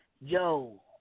Yo